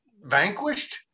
vanquished